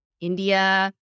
India